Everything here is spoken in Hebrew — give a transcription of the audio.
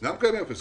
גם כן אפס.